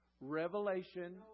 Revelation